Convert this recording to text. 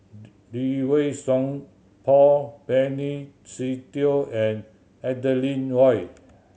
Lee Wei Song Paul Benny Se Teo and Adeline Ooi